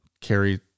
carry